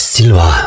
Silva